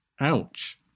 ouch